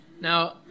Now